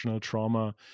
trauma